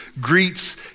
greets